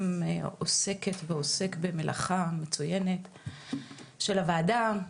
עוסקת ועוסק במלאכה המצויינת של הוועדה,